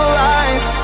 lies